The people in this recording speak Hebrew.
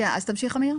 תמשיך, אמיר.